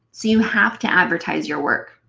so you have to advertise your work.